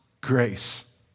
grace